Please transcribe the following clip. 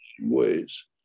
ways